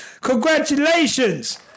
Congratulations